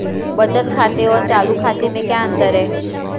बचत खाते और चालू खाते में क्या अंतर है?